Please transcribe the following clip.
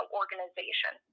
organization